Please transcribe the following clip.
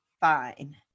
fine